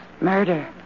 murder